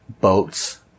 boats